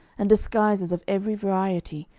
and disguises of every variety,